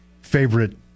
favorite